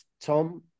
Tom